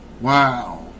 Wow